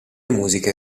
musiche